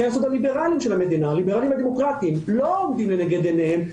ערכי היסוד הליבראליים של המדינה לא עומדים לנגד עיניהם,